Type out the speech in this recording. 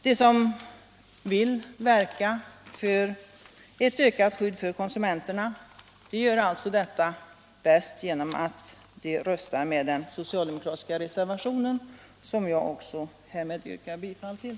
De som vill verka för ett ökat skydd för konsumenterna gör alltså detta bäst genom att rösta med den socialdemokratiska reservationen, som jag härmed också yrkar bifall till.